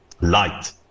light